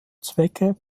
zwecke